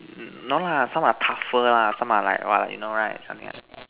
mm no lah some are tougher lah some are like what you know right something like that